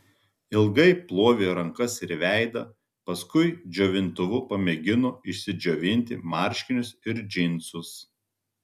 ilgai plovė rankas ir veidą paskui džiovintuvu pamėgino išsidžiovinti marškinius ir džinsus